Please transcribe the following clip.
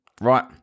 Right